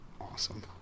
awesome